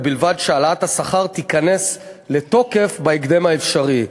ובלבד שהעלאת השכר תיכנס לתוקף בהקדם האפשרי,